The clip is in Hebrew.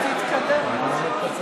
תתקדם, נו.